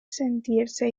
sentirse